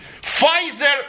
Pfizer